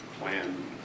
plan